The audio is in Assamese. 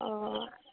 অ'